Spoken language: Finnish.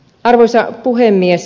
arvoisa puhemies